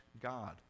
God